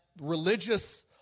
religious